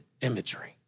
imagery